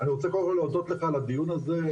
אני רוצה קודם כל להודות לך על הדיון הזה.